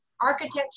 architecture